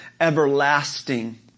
everlasting